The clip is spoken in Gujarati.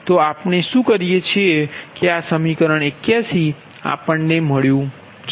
તો આપણે શું કરી શકીએ કે આ સમીકરણ 81 આપણને મળ્યું છે